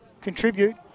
contribute